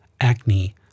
acne